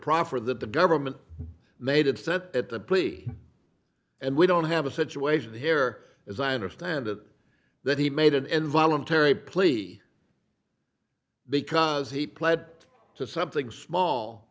proffer that the government made it said at the plea and we don't have a situation here as i understand it that he made an involuntary plea because he pled to something small